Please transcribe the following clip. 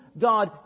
God